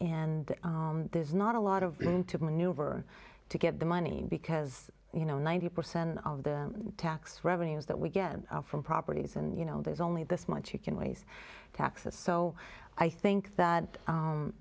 and there's not a lot of room to maneuver to get the money because you know ninety percent of the tax revenues that we get from properties and you know there's only this much you can raise taxes so i think that